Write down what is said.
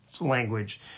language